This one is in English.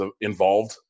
involved